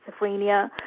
schizophrenia